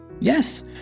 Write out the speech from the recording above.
yes